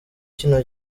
kino